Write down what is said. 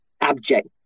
abject